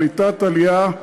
קליטת העלייה,